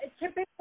typically